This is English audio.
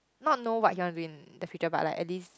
not know what you wanna win the future but at least